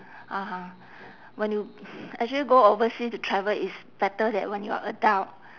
(uh huh) when you actually go oversea to travel it's better that when you are adult